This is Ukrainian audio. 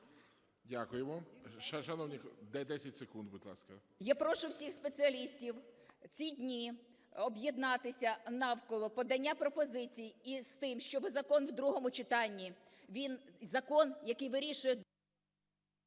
Дякуємо. Шановні колеги… 10 секунд, будь ласка. ЮЖАНІНА Н.П. Я прошу всіх спеціалістів у ці дні об'єднатися навколо подання пропозицій із тим, щоб закон у другому читанні, він… закон, який вирішує…